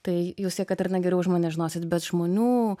tai jūs jekaterina geriau už mane žinosit bet žmonių